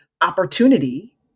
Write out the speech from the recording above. opportunity